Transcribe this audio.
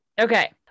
Okay